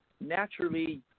naturally